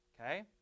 Okay